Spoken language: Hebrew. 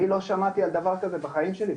אני לא שמעתי על דבר כזה בחיים שלי,